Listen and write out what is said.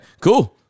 cool